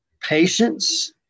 patience